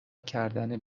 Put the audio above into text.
کردن